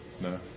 No